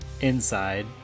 inside